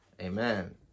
Amen